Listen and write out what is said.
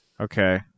okay